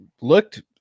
looked